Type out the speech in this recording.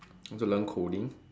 I want to learn coding